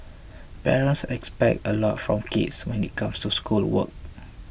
parents expect a lot from kids when it comes to schoolwork